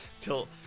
till